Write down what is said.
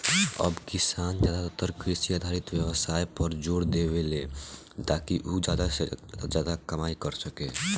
अब किसान ज्यादातर कृषि आधारित व्यवसाय पर जोर देवेले, ताकि उ ज्यादा से ज्यादा कमाई कर सके